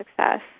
success